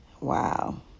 Wow